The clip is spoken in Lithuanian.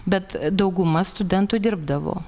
bet dauguma studentų dirbdavo